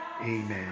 Amen